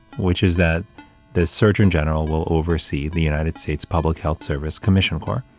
which is that the surgeon general will oversee the united states public health service commissioned corps,